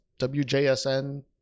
WJSN